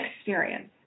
experience